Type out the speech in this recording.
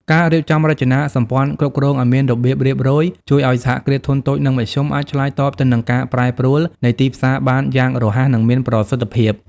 ការរៀបចំរចនាសម្ព័ន្ធគ្រប់គ្រងឱ្យមានរបៀបរៀបរយ ជួយឱ្យ សហគ្រាសធុនតូច និងមធ្យម អាចឆ្លើយតបទៅនឹងការប្រែប្រួលនៃទីផ្សារបានយ៉ាងរហ័ស និងមានប្រសិទ្ធភាព។